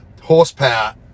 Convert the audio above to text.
horsepower